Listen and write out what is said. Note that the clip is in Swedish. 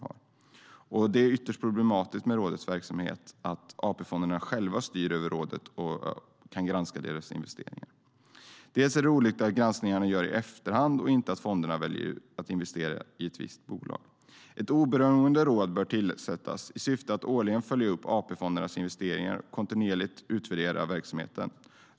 Dels är det ytterst problematiskt att AP-fonderna själva styr över det råd som ska granska deras investeringar, dels är det olyckligt att granskningarna görs i efterhand och inte innan fonderna väljer att investera i ett visst bolag. Ett oberoende råd bör tillsättas i syfte att årligen följa upp AP-fondernas investeringar och kontinuerligt utvärdera verksamheten.